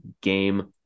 game